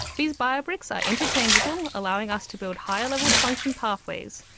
these bio-bricks are interchangeable, allowing us to build higher level function pathways.